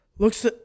Looks